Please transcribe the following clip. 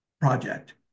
project